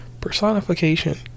personification